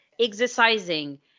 exercising